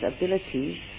abilities